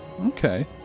Okay